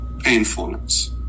Painfulness